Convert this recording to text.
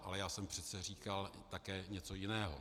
Ale já jsem přece říkal také něco jiného.